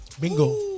Bingo